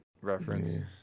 reference